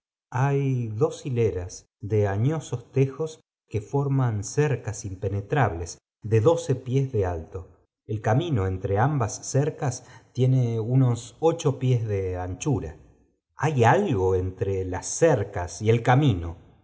hay dos hileras de añosos tejos que forman cercas impenetrables de doce pies de alto el camino entre ambas cercas tiene unos ocho pies de anchura hay algo entre fas cercas y el camino